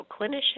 clinician